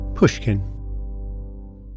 Pushkin